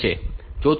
4